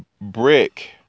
brick